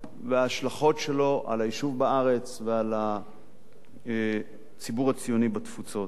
וההשלכות שלו על היישוב בארץ ועל הציבור הציוני בתפוצות.